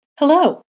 Hello